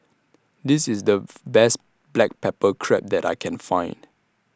This IS The Best Black Pepper Crab that I Can Find